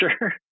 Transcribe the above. sure